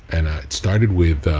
and i started with,